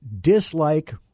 dislike